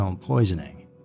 poisoning